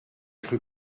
cru